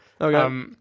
Okay